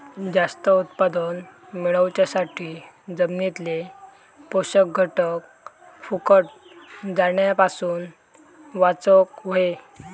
जास्त उत्पादन मेळवच्यासाठी जमिनीतले पोषक घटक फुकट जाण्यापासून वाचवक होये